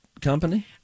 company